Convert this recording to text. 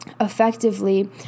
effectively